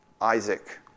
Isaac